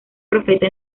profeta